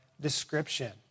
description